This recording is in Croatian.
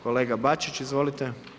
Kolega Bačić, izvolite.